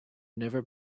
never